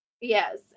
Yes